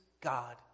God